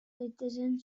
daitezen